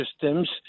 systems